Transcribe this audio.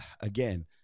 again